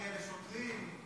מפריע לשוטרים.